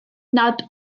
nad